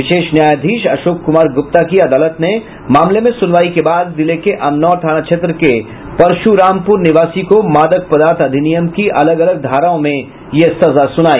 विशेष न्यायाधीश अशोक कुमार गुप्ता की अदालत ने मामले में सुनवाई के बाद जिले के अमनौर थाना क्षेत्र के परशुरामपुर निवासी को मादक पदार्थ अधिनियम की अलग अलग धाराओं में यह सजा सुनाई